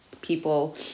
people